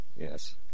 yes